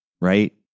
Right